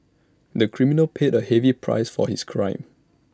the criminal paid A heavy price for his crime